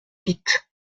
vite